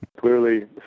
Clearly